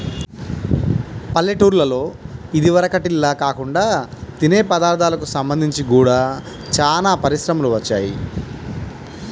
పల్లెటూల్లలో ఇదివరకటిల్లా కాకుండా తినే పదార్ధాలకు సంబంధించి గూడా చానా పరిశ్రమలు వచ్చాయ్